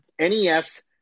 NES